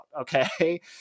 okay